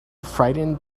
frightened